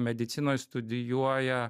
medicinoj studijuoja